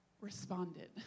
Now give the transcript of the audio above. responded